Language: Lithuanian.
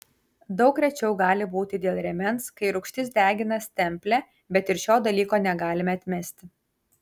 daug rečiau gali būti dėl rėmens kai rūgštis degina stemplę bet ir šio dalyko negalime atmesti